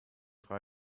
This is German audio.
drei